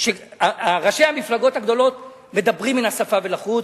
שראשי המפלגות הגדולות מדברים מן השפה ולחוץ,